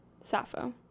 Sappho